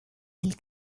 del